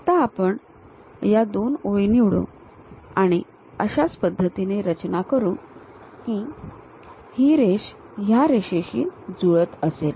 आता आपण या दोन ओळी निवडू आणि त्याची अशा पद्धतीने रचना करू की हे रेष ह्या रेषेशी जुळत असेल